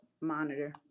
Monitor